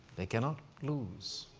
they cannot lose.